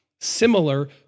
similar